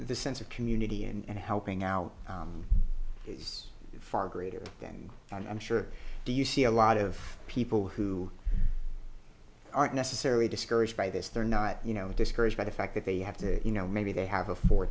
the sense of community and helping out is far greater than i'm sure do you see a lot of people who aren't necessarily discouraged by this they're not you know discouraged by the fact that they have you know maybe they have a four